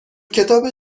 کتاب